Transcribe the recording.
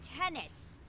tennis